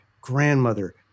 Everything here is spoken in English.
grandmother